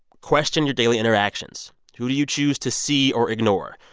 question your daily interactions. who do you choose to see or ignore?